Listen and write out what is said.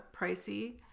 pricey